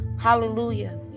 Hallelujah